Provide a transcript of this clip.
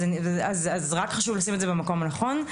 אז רק חשוב לשים את זה במקום הנכון.